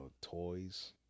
toys